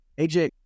AJ